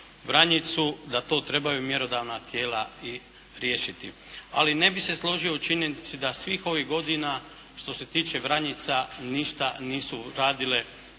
da to trebaju mjerodavna tijela i riješiti. Ali ne bih se složio u činjenici da svih ovih godina što se tiče Vranjica ništa nisu radile